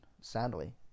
sadly